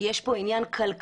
כי יש פה עניין כלכלי,